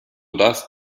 dass